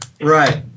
Right